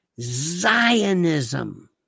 Zionism